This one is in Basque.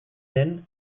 den